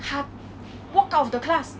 yes 我也是记得